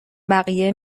بقیه